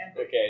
Okay